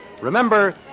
Remember